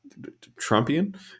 Trumpian